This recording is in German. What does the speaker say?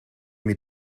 mir